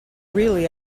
really